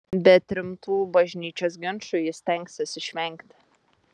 bet rimtų bažnyčios ginčų ji stengsis išvengti